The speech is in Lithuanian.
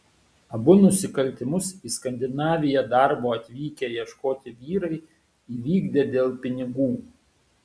abu nusikaltimus į skandinaviją darbo atvykę ieškoti vyrai įvykdė dėl pinigų